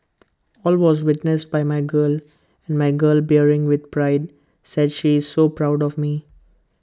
all was witnessed by my girl and my girl bearing with pride said she is so proud of me